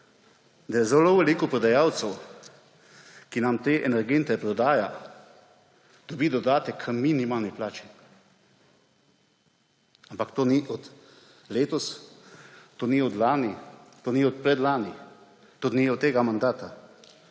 da zelo veliko prodajalcev, ki nam te energente prodaja, dobi dodatek k minimalni plači. Ampak to ni od letos, to ni od lani, to ni od predlani, to ni od tega mandata,